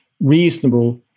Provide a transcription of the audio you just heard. reasonable